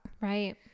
Right